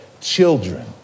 children